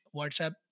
WhatsApp